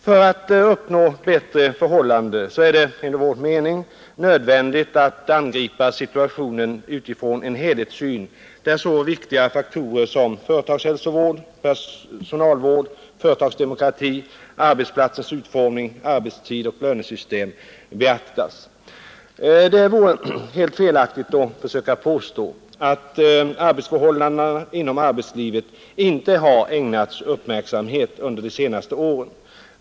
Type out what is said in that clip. För att uppnå bättre förhållanden är det enligt vår mening nödvändigt att angripa situationen med utgångspunkt i en helhetssyn, där så viktiga faktorer som företagshälsovård, personalvård, företagsdemokrati, arbetsplatsens utformning, arbetstid och lönesystem beaktas. Det vore helt felaktigt att försöka påstå att arbetsförhållandena inom arbetslivet inte har ägnats uppmärksamhet under de senaste åren.